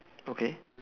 okay